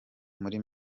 muri